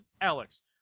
Alex